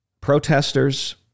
protesters